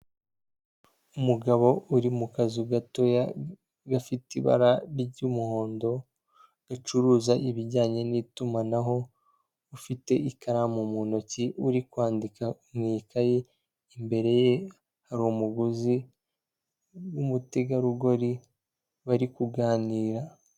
Umugabo uri mu kazu gato gafite ibara ry'umuhondo, gacuruza ibijyanye n'itumanaho, ufite ikaramu mu ntoki, uri kwandika mu ikaye imbere ye hari umuguzi w'umutegarugori bari kuganira.